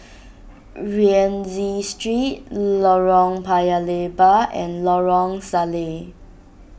Rienzi Street Lorong Paya Lebar and Lorong Salleh